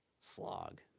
slog